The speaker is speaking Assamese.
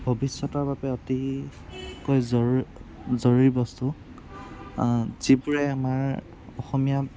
ভৱিষ্যতৰ বাবে অতিকৈ জৰুৰী বস্তু যিবোৰে আমাৰ অসমীয়া